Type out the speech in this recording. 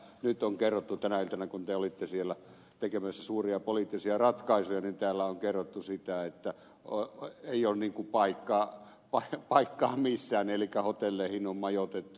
nyt on täällä kerrottu tänä iltana kun te olitte siellä tekemässä suuria poliittisia ratkaisuja että ei ole paikkaa missään elikkä hotelleihin on majoitettu jnp